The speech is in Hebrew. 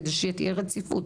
כדי שתהיה רציפות.